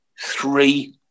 Three